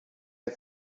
der